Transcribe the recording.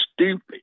stupid